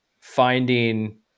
finding